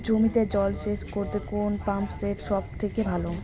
জমিতে জল সেচ করতে কোন পাম্প সেট সব থেকে ভালো?